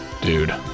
Dude